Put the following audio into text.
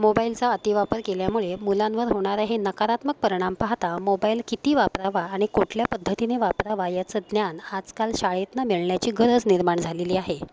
मोबाईलचा अतिवापर केल्यामुळे मुलांवर होणारा हे नकारात्मक परिणाम पाहता मोबाईल किती वापरावा आणि कुठल्या पद्धतीने वापरावा याचं ज्ञान आजकाल शाळेतून मिळण्याची गरज निर्माण झालेली आहे